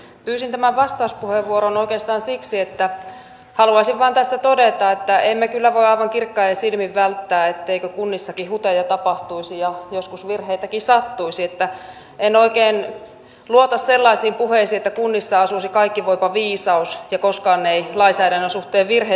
pyysin tämän vastauspuheenvuoron oikeastaan siksi että haluaisin vain tässä todeta että emme kyllä voi aivan kirkkain silmin väittää etteikö kunnissakin huteja tapahtuisi ja joskus virheitäkin sattuisi että en oikein luota sellaisiin puheisiin että kunnissa asuisi kaikkivoipa viisaus ja koskaan ei lainsäädännön suhteen virheitä tehtäisi